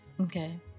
Okay